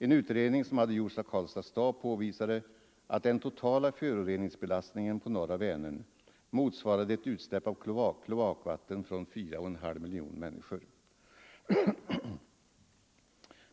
En utredning som hade gjorts av Karlstads stad visade att den totala föroreningsbelastningen på norra Vänern motsvarade ett utsläpp av kloakvatten från 4,5 miljoner människor.